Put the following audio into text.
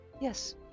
Yes